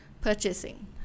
purchasing